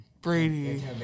brady